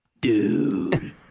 Dude